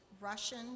Russian